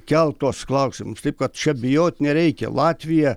kelt tuos klausimus taip kad čia bijot nereikia latvija